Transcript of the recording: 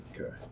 Okay